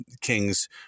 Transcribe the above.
kings